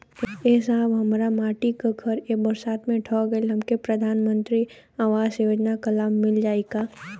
ए साहब हमार माटी क घर ए बरसात मे ढह गईल हमके प्रधानमंत्री आवास योजना क लाभ मिल जाई का?